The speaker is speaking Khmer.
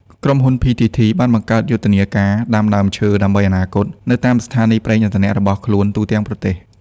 ក្រុមហ៊ុន ភីធីធី (PTT ) បានបង្កើតយុទ្ធនាការ "ដាំដើមឈើដើម្បីអនាគត" នៅតាមស្ថានីយប្រេងឥន្ធនៈរបស់ខ្លួនទូទាំងប្រទេស។